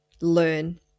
learn